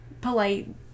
polite